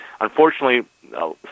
unfortunately